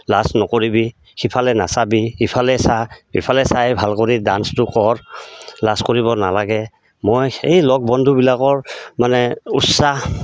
লাজ নকৰিবি সিফালে নাচাবি ইফালে চাহ ইফালে চাই ভাল কৰি ডান্সটো কৰ লাজ কৰিব নালাগে মই সেই লগ বন্ধুবিলাকৰ মানে উৎসাহ